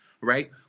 right